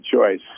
choice